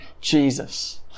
Jesus